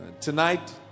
Tonight